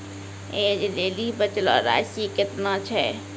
ऐज लेली बचलो राशि केतना छै?